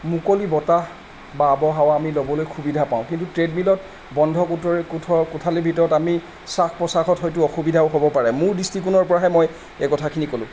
মুকলি বতাহ বা আৱহাৱা আমি ল'বলৈ সুবিধা পাওঁ কিন্তু ট্ৰেডমিলত বন্ধ কুঠৰি কোঠ কোঠালিৰ ভিতৰত আমি শ্বাস প্ৰশ্বাসত হয়তো অসুবিধাও হ'ব পাৰে মোৰ দৃষ্টিকোণৰ পৰাহে মই এই কথাখিনি ক'লোঁ